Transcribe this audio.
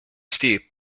steep